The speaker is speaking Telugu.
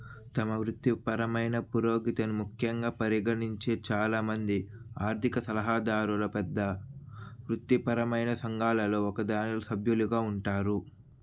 తమ వృత్తిపరమైన పురోగతిని ముఖ్యంగా పరిగణించే చాలా మంది ఆర్థిక సలహాదారుల పెద్ద వృత్తిపరమైన సంఘాలలో ఒకదానిలో సభ్యులుగా ఉంటారు